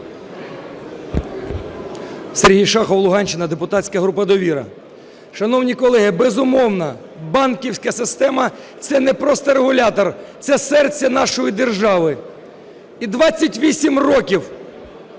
Сергій Шахов, Луганщина, депутатська група "Довіра". Шановні колеги, безумовно, банківська система – це не просто регулятор, це серце нашої держави. І 28 років